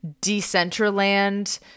Decentraland